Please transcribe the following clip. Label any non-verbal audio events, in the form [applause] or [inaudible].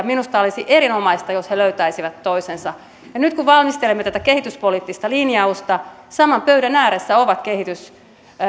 [unintelligible] minusta olisi erinomaista jos he löytäisivät toisensa nyt kun valmistelemme tätä kehityspoliittista linjausta saman pöydän ääressä ovat